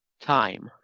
Time